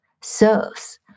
serves